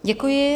Děkuji.